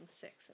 six